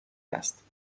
است